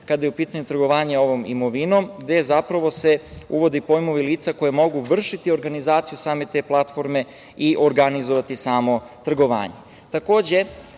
kada je u pitanje trgovanje ovom imovinom, gde se zapravo uvode pojmovi i lica koja mogu vršiti organizaciju same te platforme i organizovati samo trgovanje. Takođe,